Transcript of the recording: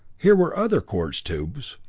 here were other quartz tubes,